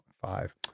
five